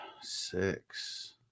six